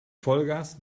vollgas